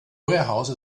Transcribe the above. warehouse